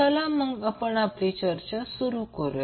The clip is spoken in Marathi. चला तर मग आपण आपली चर्चा चालू करूया